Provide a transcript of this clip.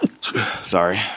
sorry